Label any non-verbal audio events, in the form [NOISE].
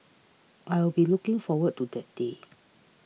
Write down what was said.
I will be looking forward to that day [NOISE]